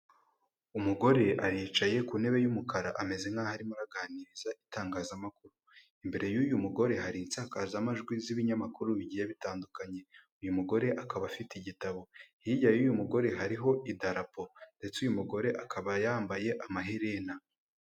Umugore aricaye ku ntebe y'umukara ameze nk'aho arimo aganiriza itangazamakuru, imbere y'uyu mugore hari insakazamajwi z'ibinyamakuru bigiye bitandukanye, uyu mugore akaba afite igitabo, hirya y'uyu mugore hariho idarapo ndetse uyu mugore akaba yambaye amaherena.